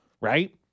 right